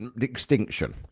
extinction